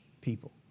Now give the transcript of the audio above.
people